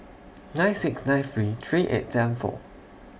nine six nine three three eight seven four